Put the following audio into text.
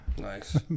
Nice